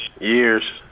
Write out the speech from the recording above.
years